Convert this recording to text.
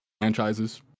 franchises